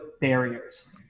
barriers